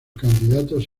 candidatos